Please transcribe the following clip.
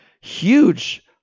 huge